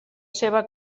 seva